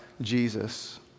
Jesus